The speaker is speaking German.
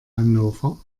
hannover